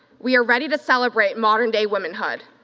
we are ready to celebrate modern day womanhood.